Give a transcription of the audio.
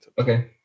Okay